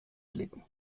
blicken